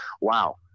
Wow